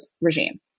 regime